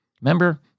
Remember